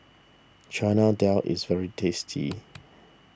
Chana Dal is very tasty